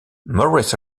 morris